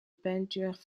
peintures